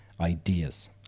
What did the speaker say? ideas